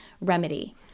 remedy